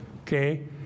Okay